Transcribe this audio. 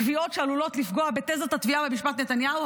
קביעות שעלולות לפגוע בתזות התביעה במשפט נתניהו,